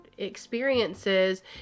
experiences